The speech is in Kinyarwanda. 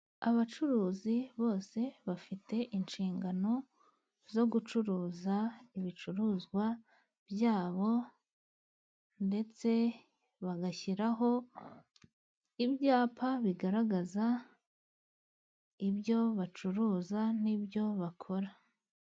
Abacuruzi bose, bafite inshingano zo gucuruza ibicuruzwa byabo, ndetse bagashyiraho ibyapa, bigaragaza ibyo bacuruza n'ibyo bakora.